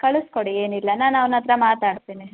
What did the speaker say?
ಕಳಿಸ್ಕೊಡಿ ಏನಿಲ್ಲ ನಾನು ಅವ್ನ ಹತ್ರ ಮಾತಾಡ್ತೀನಿ